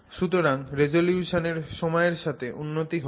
সুতরাং রিজোলিউশনের সময়ের সাথে উন্নতি হচ্ছে